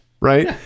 right